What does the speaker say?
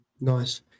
nice